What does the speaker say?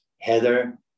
Heather